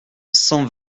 cent